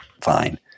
fine